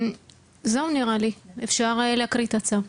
זהו נראה לי, אפשר להקריא את הצו.